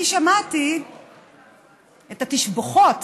אני שמעתי את התשבחות